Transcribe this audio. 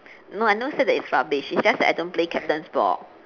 no I never say that it's rubbish it's just that I don't play captain's ball